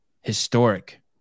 historic